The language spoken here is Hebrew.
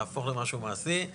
להפוך למשהו מעשי,